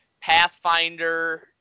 Pathfinder